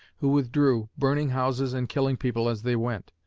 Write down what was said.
who withdrew, burning houses and killing people as they went.